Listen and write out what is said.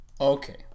okay